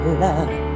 love